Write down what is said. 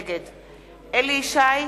נגד אליהו ישי,